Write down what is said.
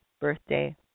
birthday